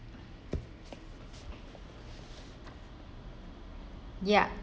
ya